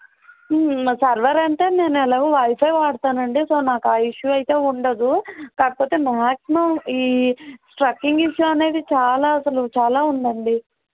server అంటే నేను ఎలాగో వైఫై వాడతాను అండి సో నాకు ఆ ఇష్యు అయితే ఉండదు కాకపోతే మ్యాక్సిమమ్ ఈ స్ట్రక్కింగ్ ఇష్యూ అనేది చాలా అసలు చాలా ఉందండి